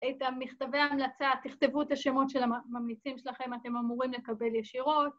את המכתבי המלצה, תכתבו את השמות של הממליצים שלכם, אתם אמורים לקבל ישירות.